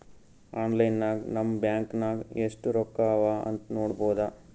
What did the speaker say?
online ನಾಗ್ ನಮ್ bank ನಾಗ್ ಎಸ್ಟ್ ರೊಕ್ಕಾ ಅವಾ ಅಂತ್ ನೋಡ್ಬೋದ